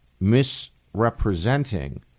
misrepresenting